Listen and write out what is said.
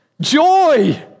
Joy